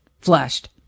flushed